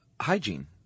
hygiene